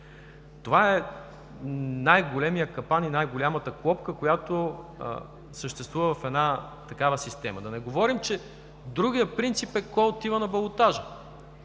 Това е най-големият капан и най-голямата клопка, която съществува в една такава система. Да не говорим, че другият принцип е кой отива на балотаж.